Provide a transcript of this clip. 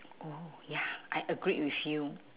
oh ya I agreed with you